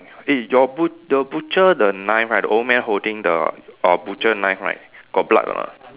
eh your but~ the butcher the knife right the old man holding the a butcher knife right got blood or not